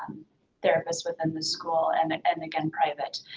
therapists within the school, and and again, private.